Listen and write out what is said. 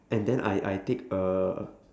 and then I I take a